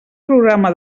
programa